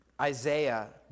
Isaiah